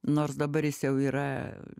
nors dabar jis jau yra